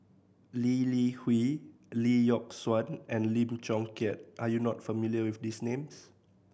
Lee Li Hui Lee Yock Suan and Lim Chong Keat are you not familiar with these names